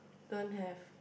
don't have